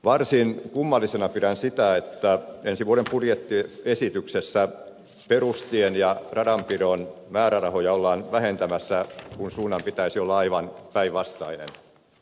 varsin kummallisena pidän sitä että ensi vuoden budjettiesityksessä perustien ja perusradanpidon määrärahoja ollaan vähentämässä kun suunnan pitäisi olla aivan päinvastainen